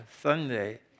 Sunday